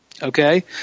Okay